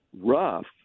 rough